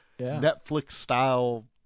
Netflix-style